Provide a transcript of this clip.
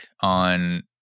on